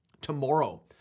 tomorrow